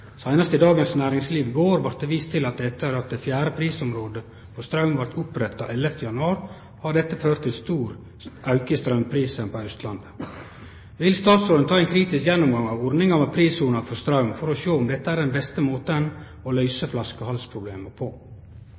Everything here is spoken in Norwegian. i Dagens Næringsliv i går vart det vist til at etter at det fjerde prisområdet for straum vart oppretta 11. januar, har det blitt stor auke i straumprisen på Austlandet. Vil statsråden ta ein kritisk gjennomgang av ordninga av prissoner for straum for å sjå om dette er den beste måten å løyse flaskehalsproblemet på?